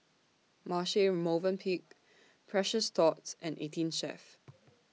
Marche Movenpick Precious Thots and eighteen Chef